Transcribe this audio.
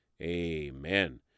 Amen